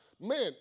man